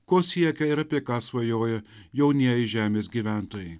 ko siekia ir apie ką svajoja jaunieji žemės gyventojai